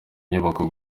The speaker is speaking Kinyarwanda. nyubako